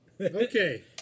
Okay